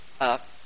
up